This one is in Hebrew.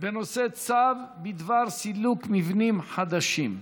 בנושא צו בדבר סילוק מבנים חדשים.